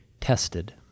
tested